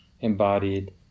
embodied